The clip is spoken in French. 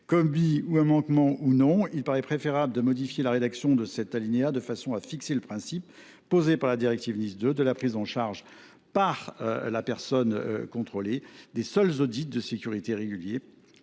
commis un manquement ou non, il paraît préférable de modifier la rédaction de cet alinéa de façon à fixer le principe, posé par la directive NIS 2, de la prise en charge par la personne contrôlée des seuls audits de sécurité réguliers